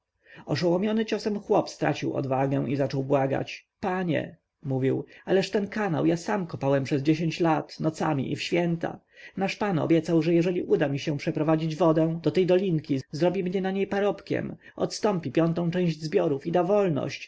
oszołomiony ciosem chłop stracił odwagę i zaczął błagać panie mówił ależ ten kanał ja sam kopałem przez dziesięć lat nocami i w święta nasz pan obiecał że jeżeli uda mi się przeprowadzić wodę do tej dolinki zrobi mnie na niej parobkiem odstąpi piątą część zbiorów i da wolność